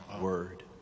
word